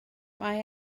mae